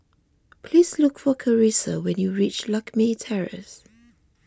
please look for Karissa when you reach Lakme Terrace